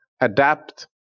adapt